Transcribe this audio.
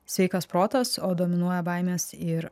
sveikas protas o dominuoja baimės ir